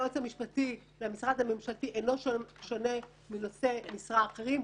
היועץ המשפטי של המשרד הממשלתי אינו שונה מנושאי משרה אחרים.